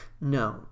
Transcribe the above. No